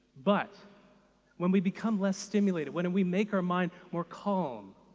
but when we become less stimulated, when and we make our mind more calm,